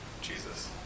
Jesus